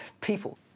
people